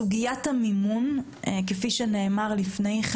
בסוגיית המימון, כפי שנאמר קודם,